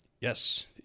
yes